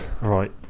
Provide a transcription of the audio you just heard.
Right